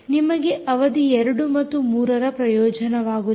ನಿಮಗೆ ಅವಧಿ 2 ಮತ್ತು 3 ರ ಪ್ರಯೋಜನವಾಗುತ್ತದೆ